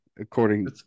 according